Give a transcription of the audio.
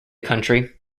country